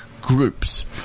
groups